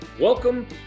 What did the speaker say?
Welcome